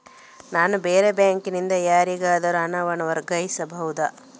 ನಾನು ಬೇರೆ ಬ್ಯಾಂಕ್ ನಿಂದ ಯಾರಿಗಾದರೂ ಹಣವನ್ನು ವರ್ಗಾಯಿಸಬಹುದ?